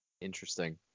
Interesting